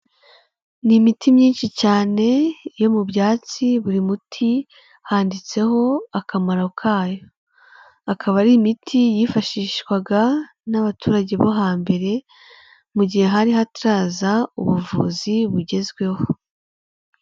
Ni imiti myinshi cyane yo mu byatsi buri muti handitseho akamaro kayo, akaba ari imiti yifashishwaga n'abaturage bo hambere mu gihe hari hataraza ubuvuzi bugezweho.